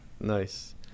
Nice